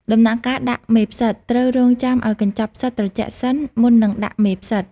ដំណាក់កាលដាក់មេផ្សិត ត្រូវរង់ចាំឲ្យកញ្ចប់ផ្សិតត្រជាក់សិន មុននឹងដាក់មេផ្សិត។